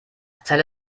erzähl